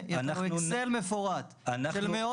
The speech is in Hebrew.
אני שואל, תגידו לי, על הגב של